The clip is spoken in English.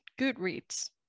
Goodreads